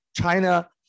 China